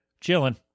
chilling